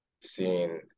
seeing